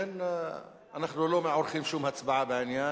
לכן אנחנו לא עורכים שום הצבעה בעניין,